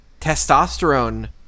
testosterone